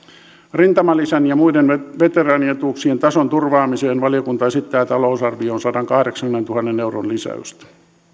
rintamalisän ja muiden veteraanietuuksien tason turvaamiseen valiokunta esittää talousarvioon sadankahdeksankymmenentuhannen euron lisäystä